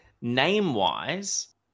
name-wise